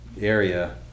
area